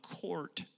court